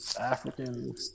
African